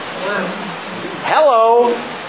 Hello